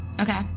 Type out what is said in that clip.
Okay